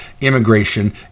immigration